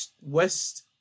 West